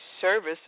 service